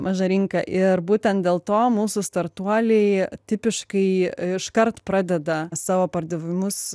maža rinka ir būtent dėl to mūsų startuoliai tipiškai iškart pradeda savo pardavimus